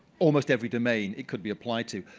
almost every domain it could be applied to.